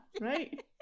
right